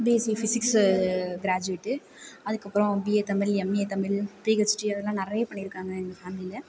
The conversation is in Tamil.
பிஎஸ்சி பிசிக்ஸு கிராஜுவேட் அதுக்கு அப்பறம் BA Tamil MA Tamil PhD அதலாம் நிறைய பண்ணியிருக்காங்க எங்கள் ஃபேம்லியில்